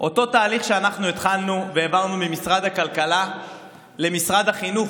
אותו תהליך שאנחנו התחלנו והעברנו ממשרד הכלכלה למשרד החינוך